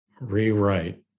rewrite